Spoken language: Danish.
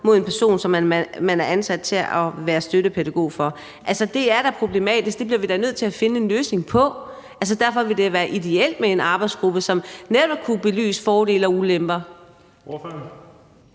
mod en person, man er ansat til at være støttepædagog for. Altså, det er da problematisk, det bliver vi da nødt til at finde en løsning på. Så derfor vil det være ideelt med en arbejdsgruppe, som netop kunne belyse fordele og ulemper.